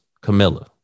Camilla